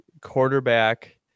quarterback